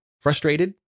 frustrated